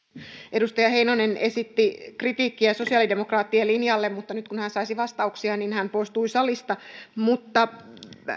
edustaja heinonen esitti kritiikkiä sosiaalidemokraattien linjalle mutta nyt kun hän saisi vastauksia niin hän poistui salista